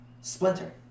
Splinter